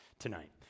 tonight